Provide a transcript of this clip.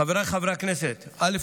חבריי חברי הכנסת, א.